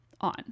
on